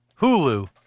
Hulu